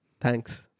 Thanks